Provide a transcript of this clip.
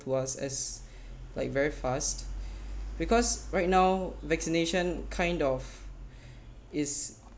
was as like very fast because right now vaccination kind of is